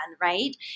right